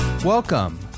Welcome